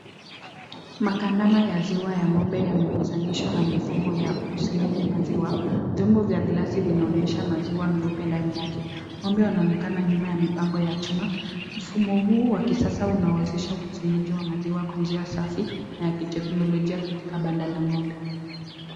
Makandama ya ziwa ya ng'ombe yameguzanishwa na mifumo ya ukusanyaji maziwa. Vyombo vya glasi vinaonyesha maziwa meupe ndani yake. Ng'ombe wanaonekana nyuma ya mipango ya chuma. Mfumo huu wa kisasa unawezesha ukusanyaji wa maziwa kwa njia safi na ya kiteknolojia katika banda la ng'ombe.